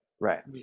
right